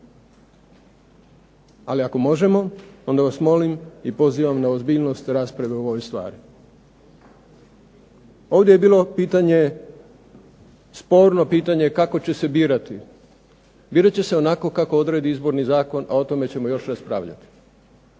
ali ako možemo onda vas molim i pozivam na ozbiljnost rasprave o ovoj stvari. Ovdje je bilo pitanje, sporno pitanje kako će se birati. Birat će se onako kako odredi izborni zakon, a o tome ćemo još raspravljati